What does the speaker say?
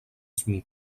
smith